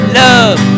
love